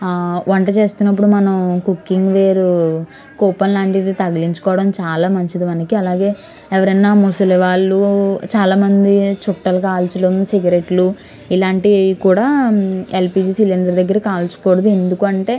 వంట చేస్తున్నప్పుడు మనం కుక్కింగ్ వేరు కూపన్ లాంటిది తగిలించుకోవడం చాలా మంచిది మనకి అలాగే ఎవరైనా ముసలి వాళ్ళు చాలా మంది చుట్టలు కాల్చడం సిగరెట్లు ఇలాంటివి కూడా ఎల్పీజీ సిలిండర్ దగ్గర కాల్చకూడదు ఎందుకు అంటే